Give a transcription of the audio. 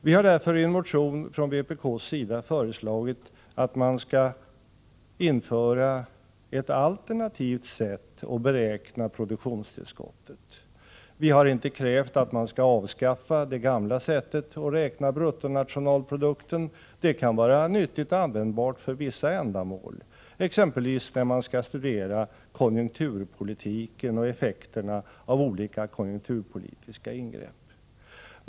Vi har därför i en motion från vpk föreslagit att man skall införa ett alternativt sätt att beräkna produktionstillskottet. Vi har inte krävt att man skall avskaffa det gamla sättet att räkna bruttonationalprodukten. Det kan vara nyttigt och användbart för vissa ändamål, exempelvis när man skall studera konjunkturpolitiken och effekterna av olika konjunkturpolitiska ingrepp.